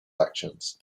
actions